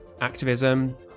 activism